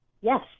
Yes